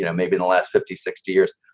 you know maybe the last fifty, sixty years.